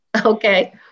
Okay